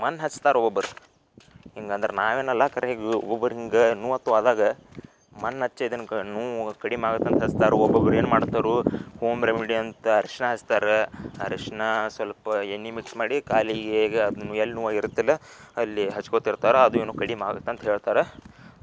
ಮಣ್ ಹಚ್ತಾರೆ ಒಬ್ಬರು ಹಿಂಗೆ ಅಂದ್ರೆ ನಾವೇನಲ್ಲ ಖರೆಗೂ ಒಬ್ಬರು ಹಿಂಗೆ ನೋವತ್ತು ಆದಾಗ ಮಣ್ ಹಚ್ಚಿ ಇದನ್ನು ಕ ನೋವು ಕಡಿಮೆ ಆಗತ್ತಂತ ಹಚ್ತಾರ್ ಒಬ್ಬೊಬ್ಬರು ಏನು ಮಾಡ್ತಾರೆ ಹೋಮ್ ರೆಮಿಡಿ ಅಂತ ಅರ್ಶಿನ ಹಚ್ತಾರೆ ಅರ್ಶಿನ ಸ್ವಲ್ಪ ಎಣ್ಣೆ ಮಿಕ್ಸ್ ಮಾಡಿ ಕಾಲಿಗೆ ಎಲ್ಲಿ ನೋವಾಗಿರುತ್ತಲ್ಲ ಅಲ್ಲಿ ಹಚ್ಕೊತಿರ್ತಾರೆ ಅದು ಏನು ಕಡಿಮೆ ಆಗತ್ತಂತ ಹೇಳ್ತಾರೆ